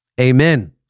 Amen